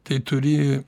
tai turi